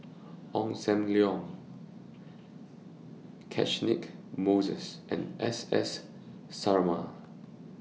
Ong SAM Leong Catchick Moses and S S Sarma